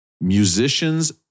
Musicians